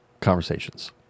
conversations